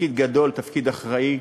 תפקיד גדול, תפקיד אחראי,